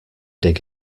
dig